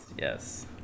Yes